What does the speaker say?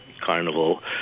carnival